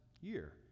year